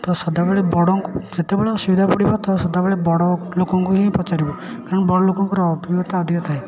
ତ ସଦାବେଳେ ବଡ଼ଙ୍କୁ ଯେତେବେଳେ ଅସୁବିଧା ପଡ଼ିବ ତ ସଦାବେଳେ ବଡ଼ଲୋକଙ୍କୁ ହିଁ ପଚାରିବ କାରଣ ବଡ଼ଲୋକଙ୍କର ଅଭିଜ୍ଞତା ଅଧିକ ଥାଏ